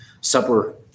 supper